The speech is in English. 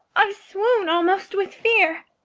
i swoon almost with fear.